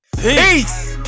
peace